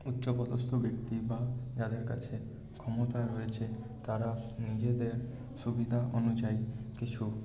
উচ্চপদস্থ ব্যক্তি বা যাদের কাছে ক্ষমতা রয়েছে তারা নিজেদের সুবিধা অনুযায়ী কিছু